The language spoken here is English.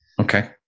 Okay